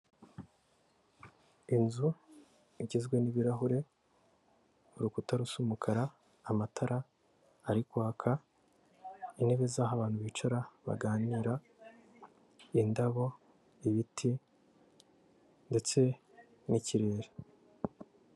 Inzu igizwe n'ibirahure, urukuta rusa umukara, amatara ari kwaka, intebe z'aho abantu bicara baganira, indabo, ibiti, ndetse n'ikirere.